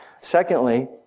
Secondly